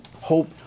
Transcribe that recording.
hope